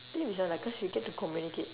think this one lah cause we get to communicate